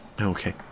Okay